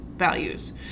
values